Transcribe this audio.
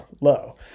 low